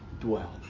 dwell